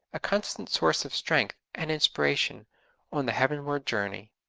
a constant source of strength and inspiration on the heavenward journey.